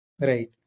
Right